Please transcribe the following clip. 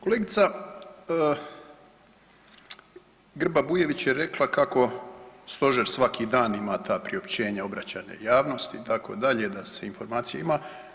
Kolegica Grba Bujević je rekla kako Stožer svaki dan ima ta priopćenja, obraćanja javnosti itd. da se informacija ima.